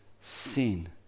sin